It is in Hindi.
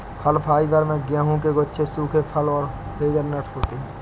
फल फाइबर में गेहूं के गुच्छे सूखे फल और हेज़लनट्स होते हैं